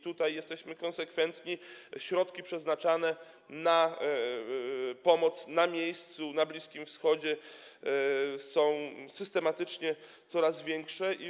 Tutaj jesteśmy konsekwentni, środki przeznaczane na pomoc na miejscu, na Bliskim Wschodzie są systematycznie zwiększane.